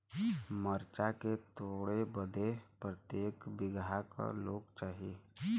मरचा के तोड़ बदे प्रत्येक बिगहा क लोग चाहिए?